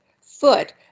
foot